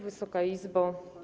Wysoka Izbo!